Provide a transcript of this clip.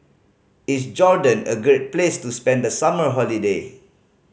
is Jordan a great place to spend the summer holiday